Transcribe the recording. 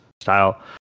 Style